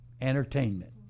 entertainment